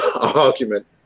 argument